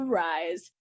rise